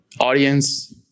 audience